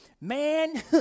man